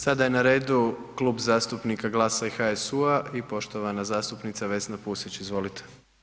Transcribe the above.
Sada je na redu Klub zastupnika GLAS-a i HSU-a i poštovana zastupnica Vesna Pusić, izvolite.